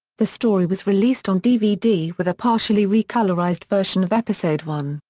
the story was released on dvd with a partially recolourised version of episode one,